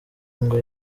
ngo